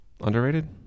Underrated